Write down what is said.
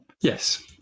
Yes